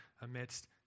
amidst